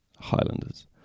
Highlanders